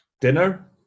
dinner